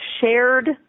shared